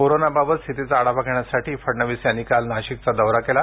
कोरोनाबाबत स्थितीचा आढावा घेण्यासाठी फडणवीस यांनी काल नाशिकचा दौरा केला